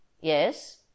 yes